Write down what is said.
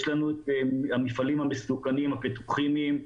יש לנו את המפעלים המסוכנים הפטרוכימיים,